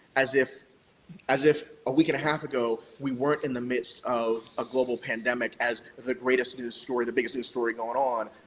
as if as if a week and a half ago we weren't in a midst of a global pandemic as the greatest news story, the biggest new story going on.